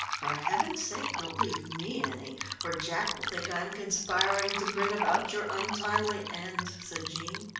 for heaven's sake don't leave me any or jack will think i am conspiring to bring about your untimely end, said jean.